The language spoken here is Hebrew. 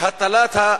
בהטלת,